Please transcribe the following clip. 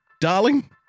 darling